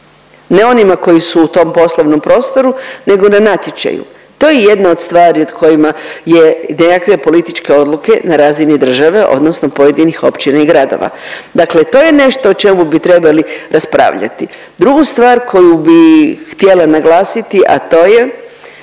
Ne onima koji su u tom poslovnom prostoru nego na natječaju. To je jedna od stvari od kojima je, gdje nekakve političke odluke na razini države odnosno pojedinih općina i gradova. Dakle, to je nešto o čemu bi trebali raspravljati. Drugu stvar koju bi htjela naglasiti, a to je